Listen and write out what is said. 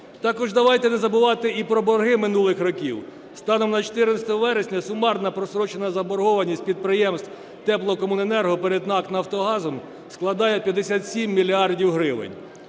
Також давайте не забувати і про борги минулих років. Станом на 14 вересня сумарна прострочена заборгованість підприємств теплокомуненерго перед НАК "Нафтогазом" складає 57 мільярдів гривень.